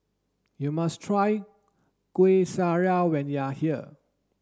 you must try Kueh Syara when you are here